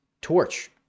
torch